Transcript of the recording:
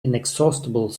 inexhaustible